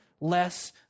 less